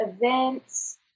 events